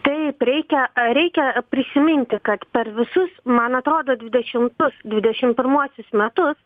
taip reikia reikia prisiminti kad per visus man atrodo dvidešimus dvidešim pirmuosius metus